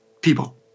people